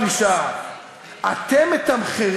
אני חושב,